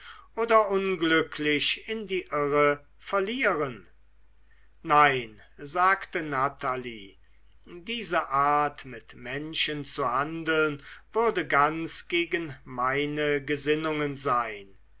oder unglücklich in die irre verlieren nein sagte natalie diese art mit menschen zu handeln würde ganz gegen meine gesinnungen sein